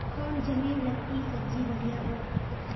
कौन जमीन लत्ती सब्जी बढ़िया हों?